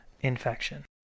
infection